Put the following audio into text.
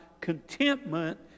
contentment